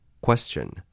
Question